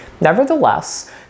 Nevertheless